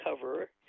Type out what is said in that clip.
cover